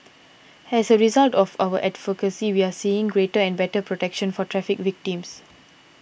and as a result of our advocacy we're seeing greater and better protection for traffic victims